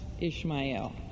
Ishmael